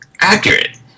accurate